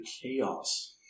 chaos